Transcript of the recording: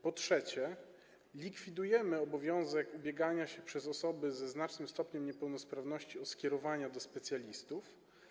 Po trzecie, likwidujemy obowiązek ubiegania się przez osoby ze znacznym stopniem niepełnosprawności o skierowania do specjalistów.